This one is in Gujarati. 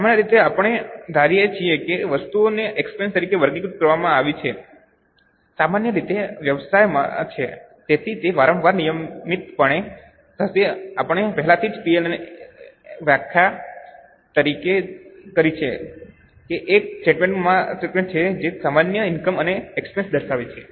સામાન્ય રીતે આપણે ધારીએ છીએ કે જે વસ્તુઓને એક્સપેન્સ તરીકે વર્ગીકૃત કરવામાં આવી છે તે સામાન્ય રીતે વ્યવસાયમાં છે તેથી તે વારંવાર નિયમિતપણે થશે આપણે પહેલાથી જ P અને L ની વ્યાખ્યા કરી છે તે એક સ્ટેટમેન્ટ છે જે સામાન્ય ઇનકમ અને એક્સપેન્સ દર્શાવે છે